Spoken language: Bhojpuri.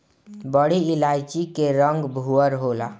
बड़ी इलायची के रंग भूअर होला